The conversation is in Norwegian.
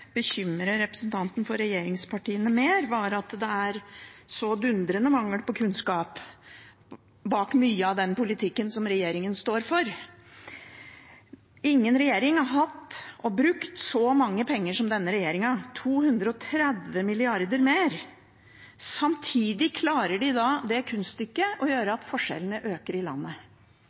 bekymre representanten fra regjeringspartiet mer, er at det er en så dundrende mangel på kunnskap bak mye av den politikken som regjeringen står for. Ingen regjering har hatt og har brukt så mye penger som denne regjeringen – 230 mrd. kr mer – samtidig klarer de kunststykket å øke forskjellene i landet.